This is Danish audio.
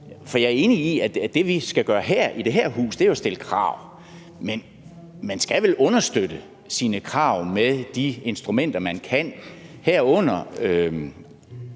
det? Jeg er enig i, at det, vi skal gøre i det her hus, jo er at stille krav. Men man skal vel understøtte sine krav med de instrumenter, man kan bruge,